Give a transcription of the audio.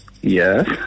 Yes